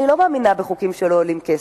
אני לא מאמינה בחוקים שלא עולים כסף.